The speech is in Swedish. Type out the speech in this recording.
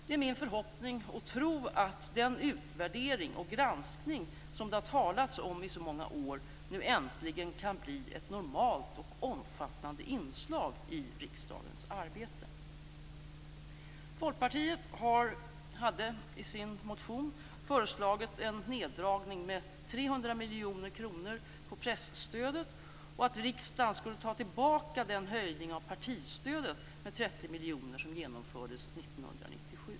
Det är min förhoppning och tro att den utvärdering och granskning som det har talats om i så många år nu äntligen kan bli ett normalt och omfattande inslag i riksdagens arbete. Folkpartiet hade i sin motion föreslagit en neddragning med 300 miljoner kronor på presstödet och att riksdagen skulle ta tillbaka den höjning av partistödet med 30 miljoner som genomfördes 1997.